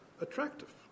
attractive